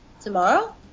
Tomorrow